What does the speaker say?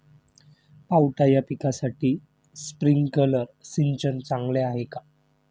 पावटा या पिकासाठी स्प्रिंकलर सिंचन चांगले आहे का?